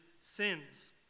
sins